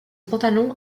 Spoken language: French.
pantalon